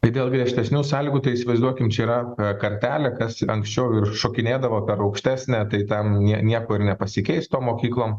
kai dėl griežtesnių sąlygų tai įsivaizduokim čia yra kartelė kas anksčiau ir šokinėdavo per aukštesnę tai tam nie nieko ir nepasikeis tom mokyklom